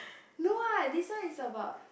no what this one is about